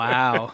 Wow